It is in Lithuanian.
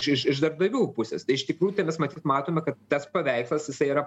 iš iš darbdavių pusės tai iš tikrųjų tai mes matyt matome kad tas paveikslas jisai yra